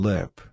Lip